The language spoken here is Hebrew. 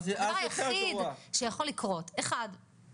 הדבר היחיד שיכול לקרות: ראשית ,